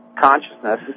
consciousness